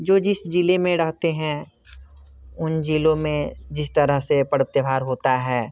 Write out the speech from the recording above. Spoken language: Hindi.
जो जिस ज़िले में रहते हैं उन ज़िलों में जिस तरह से पर्व त्यौहार होता है